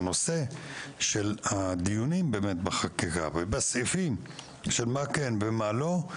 והנושא של הדיונים בחקיקה ובסעיפים של מה כן ומה לא,